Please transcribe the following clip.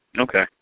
Okay